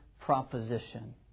proposition